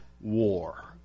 war